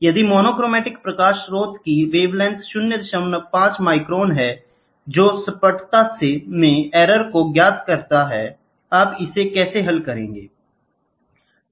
यदि मोनोक्रोमैटिक प्रकाश स्रोत की वेवलेंथ 05 माइक्रोन है जो सपाटता में एरर को ज्ञात करता है आप इसे कैसे हल करते हैं